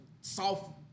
soft